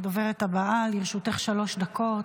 הדוברת הבאה, לרשותך שלוש דקות.